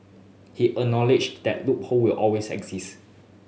he acknowledged that loophole will always exist